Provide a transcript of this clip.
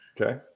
okay